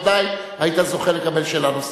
בוודאי היית זוכה לקבל שאלה נוספת.